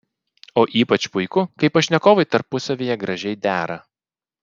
o ypač puiku kai pašnekovai tarpusavyje gražiai dera